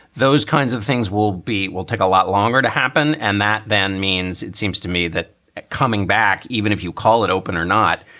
those kinds of things will be will take a lot longer to happen. and that then means, it seems to me, that coming back, even if you call it open or not,